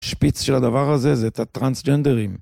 שפיץ של הדבר הזה זה את הטרנסג'נדרים.